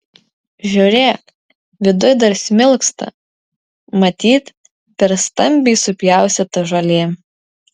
žiūrėk viduj dar smilksta matyt per stambiai supjaustyta žolė